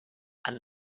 and